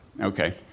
Okay